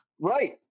right